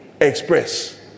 express